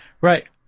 Right